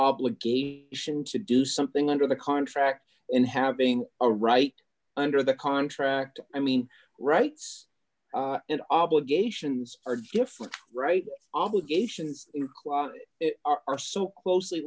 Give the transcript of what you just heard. obligation to do something under the contract and having a right under the contract i mean rights and obligations are different right obligations in clause are so closely